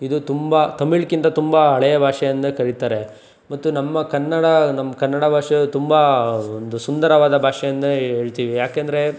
ಇದು ತುಂಬ ತಮಿಳಿಗಿಂತ ತುಂಬ ಹಳೆಯ ಭಾಷೆ ಅಂದೇ ಕರೀತಾರೆ ಮತ್ತು ನಮ್ಮ ಕನ್ನಡ ನಮ್ಮ ಕನ್ನಡ ಭಾಷೆ ತುಂಬ ಒಂದು ಸುಂದರವಾದ ಭಾಷೆ ಅಂತನೇ ಹೇಳ್ತೀವಿ ಯಾಕೆಂದರೆ